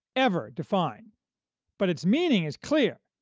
ever, defined-but but its meaning is clear,